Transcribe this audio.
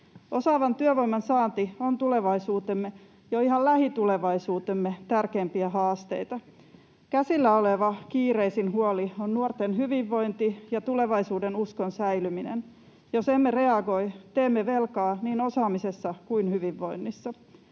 Osaavan työvoiman saanti on tulevaisuutemme, jo ihan lähitulevaisuutemme, tärkeimpiä haasteita. Käsillä oleva kiireisin huoli on nuorten hyvinvointi ja tulevaisuudenuskon säilyminen. Jos emme reagoi, teemme velkaa niin osaamisessa kuin hyvinvoinnissa.